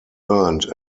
earned